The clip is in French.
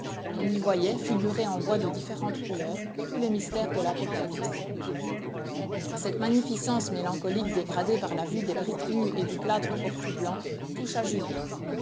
on y voyait figurés en bois de différentes couleurs tous les mystères de l'apocalypse cette magnificence mélancolique dégradée par la vue des briques nues et du plâtre encore tout blanc toucha julien